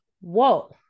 whoa